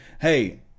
Hey